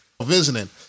visiting